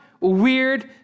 weird